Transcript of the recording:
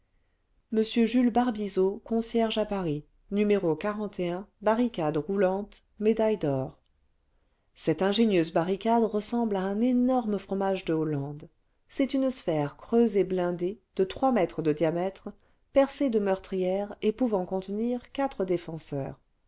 m jules barbizot concierge à paris n barricade roulante médaille d'or cette ingénieuse barricade ressemble à un énorme fromage de hollande c'est une sphère creuse et blindée de trois mètres de diamètre percée de meurtrières et pouvant contenir quatre défenseurs